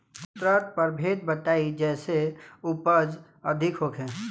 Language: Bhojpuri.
उन्नत प्रभेद बताई जेसे उपज अधिक होखे?